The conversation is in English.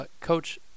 Coach